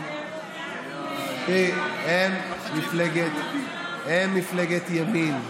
הם מפלגת ימין,